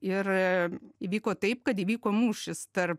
ir įvyko taip kad įvyko mūšis tarp